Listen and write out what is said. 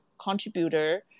contributor